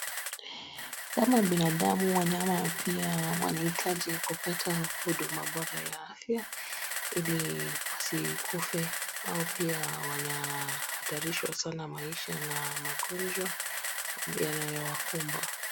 kama binadamu, wanyama pia wanahitaji kupata huduma bora ya afya hili wasikufe. Wao pia wanahatarishwa sana maisha na magonjwa yanayowakumba.